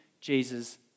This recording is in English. Jesus